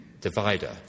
divider